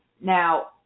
Now